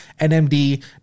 NMD